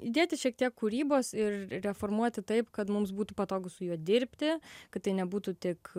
įdėti šiek tiek kūrybos ir reformuoti taip kad mums būtų patogu su juo dirbti kad tai nebūtų tik